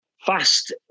fast